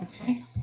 okay